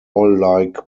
like